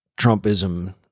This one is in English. Trumpism